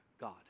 God